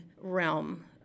realm